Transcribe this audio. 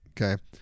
Okay